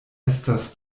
estas